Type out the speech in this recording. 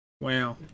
Wow